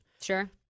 sure